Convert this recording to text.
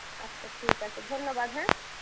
আচ্ছা ঠিক আছে ধন্যবাদ হ্যাঁ